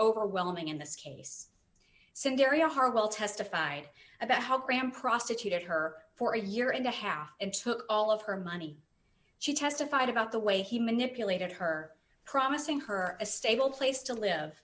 overwhelming in this case scenario harwell testified about how graham prostituted her for a year and a half and took all of her money she testified about the way he manipulated her promising her a stable place to live